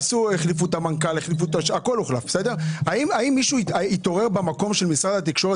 וחבר הכנסת מיכל ביטון דן רק לפני כמה חודשים.